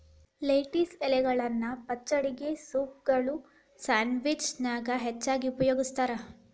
lettuce ಎಲಿಗಳನ್ನ ಪಚಡಿಗೆ, ಸೂಪ್ಗಳು, ಸ್ಯಾಂಡ್ವಿಚ್ ನ್ಯಾಗ ಹೆಚ್ಚಾಗಿ ಉಪಯೋಗಸ್ತಾರ